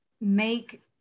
make